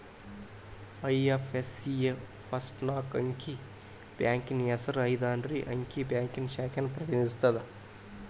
IFSC ಯ first ನಾಕ್ ಅಂಕಿ ಬ್ಯಾಂಕಿನ್ ಹೆಸರ ಐದ್ ಆರ್ನೆ ಅಂಕಿ ಬ್ಯಾಂಕಿನ್ ಶಾಖೆನ ಪ್ರತಿನಿಧಿಸತ್ತ